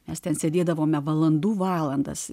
mes ten sėdėdavome valandų valandas